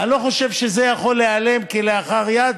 אני לא חושב שזה יכול להיעלם כלאחר יד.